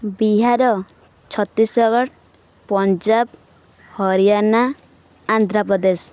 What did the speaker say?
Bihar Chhattisgarh Punjab Haryana Andhra Pradesh